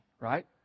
right